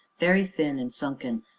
very thin and sunken,